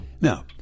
Now